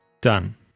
Done